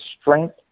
strength